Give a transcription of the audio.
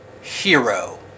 hero